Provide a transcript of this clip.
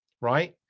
right